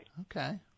Okay